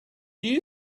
you